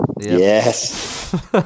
Yes